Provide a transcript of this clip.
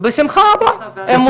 בשמחה רבה, הם מוזמנים.